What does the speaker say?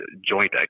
joint